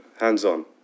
hands-on